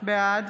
בעד